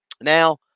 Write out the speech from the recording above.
Now